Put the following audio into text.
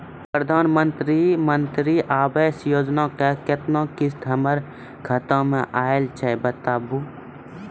प्रधानमंत्री मंत्री आवास योजना के केतना किस्त हमर खाता मे आयल छै बताबू?